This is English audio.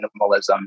Minimalism